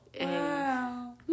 wow